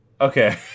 Okay